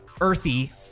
Earthy